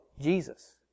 Jesus